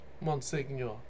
Monseigneur